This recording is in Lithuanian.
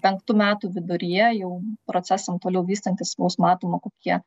penktų metų viduryje jau procesam toliau vystantis vos matoma kokie